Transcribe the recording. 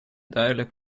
duidelijk